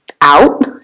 out